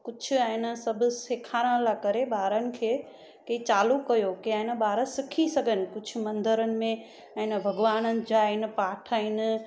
कुझु ऐं न सभु सिखारण लाइ करे ॿारनि खे की चालू कयो की आहे न ॿार सिखी सघनि कुझु मंदरनि में ऐं उन भॻवाननि जा इन पाठ आहिनि